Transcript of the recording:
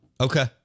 Okay